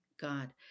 God